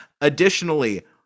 Additionally